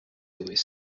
always